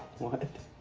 what?